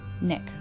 Nick